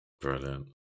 Brilliant